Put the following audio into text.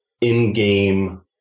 in-game